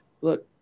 look